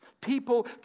People